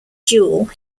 dual